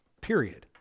period